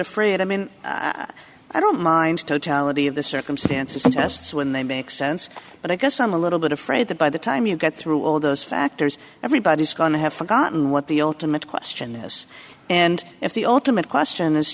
afraid i mean i don't mind totality of the circumstances and tests when they make sense but i guess i'm a little bit afraid that by the time you get through all those factors everybody's going to have forgotten what the ultimate question is and if the ultimate question is